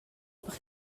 per